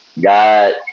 God